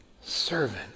servant